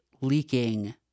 leaking